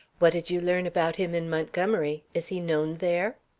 what did you learn about him in montgomery? is he known there?